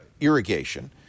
irrigation